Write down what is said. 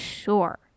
sure